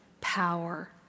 power